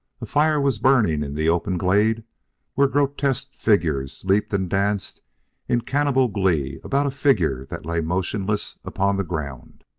a fire was burning in the open glade where grotesque figures leaped and danced in cannibal glee about a figure that lay motionless upon the ground.